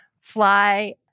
Fly